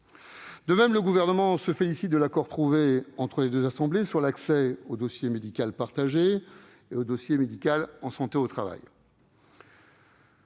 De même, le Gouvernement se félicite de l'accord trouvé entre les deux assemblées sur l'accès au dossier médical partagé (DMP) et au dossier médical en santé au travail